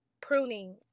pruning